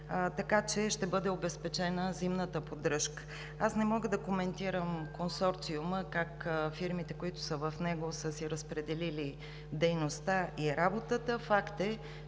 така че ще бъде обезпечена зимната поддръжка. Аз не мога да коментирам консорциума и как фирмите, които са в него, са си разпределили дейността и работата. Факт е,